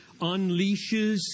unleashes